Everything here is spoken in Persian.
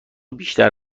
بیشتر